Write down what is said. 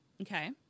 Okay